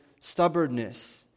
stubbornness